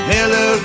Hello